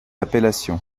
appellation